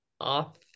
off